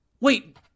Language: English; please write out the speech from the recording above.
Wait